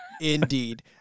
Indeed